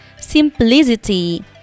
simplicity